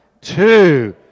two